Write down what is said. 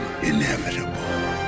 Inevitable